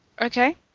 Okay